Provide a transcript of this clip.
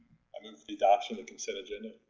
um and adoption of consent agenda.